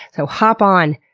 so hop on,